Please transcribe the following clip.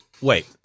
Wait